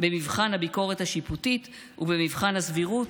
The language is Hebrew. במבחן הביקורת השיפוטית ובמבחן הסבירות,